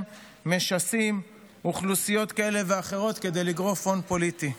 משסים אוכלוסיות כאלה ואחרות כדי לגרוף הון פוליטי.